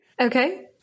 Okay